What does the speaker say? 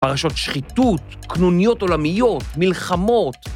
‫פרשות שחיתות, קנוניות עולמיות, ‫מלחמות,